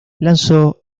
lanzó